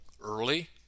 early